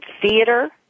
theater